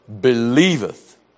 believeth